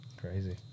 Crazy